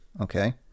okay